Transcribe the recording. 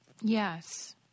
Yes